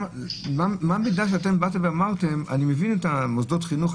אני מבין את מוסדות החינוך.